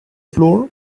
floor